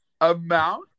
amount